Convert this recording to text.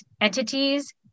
entities